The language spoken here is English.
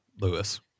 Lewis